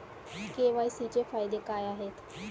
KYC चे फायदे काय आहेत?